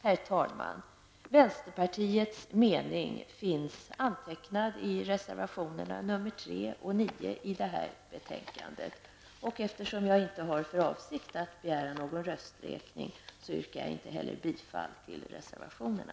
Herr talman! Vänsterpartiets mening finns antecknad i reservationerna 3--9 i betänkandet. Eftersom jag inte har för avsikt att begära rösträkning, yrkar jag inte heller bifall till reservationerna.